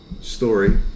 story